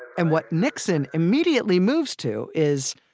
and what nixon immediately moves to is.